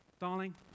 Darling